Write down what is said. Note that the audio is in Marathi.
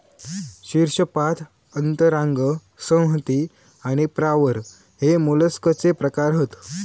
शीर्शपाद अंतरांग संहति आणि प्रावार हे मोलस्कचे प्रकार हत